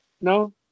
No